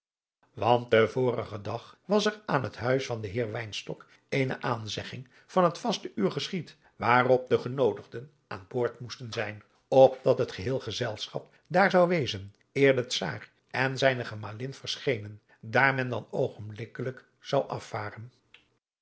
want den vorigen dag was er aan het huis van den heer wynstok eene aanzegging van het vaste uur geschied waarop de genoodigden aan boord moesten zijn opdat het geheel gezelschap daar zou wezen eer de czaar en zijne gemalin verschenen daar men dan oogenblikkelijk zou afvaren